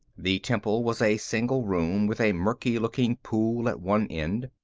the temple was a single room with a murky-looking pool at one end.